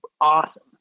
awesome